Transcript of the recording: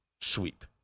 sweep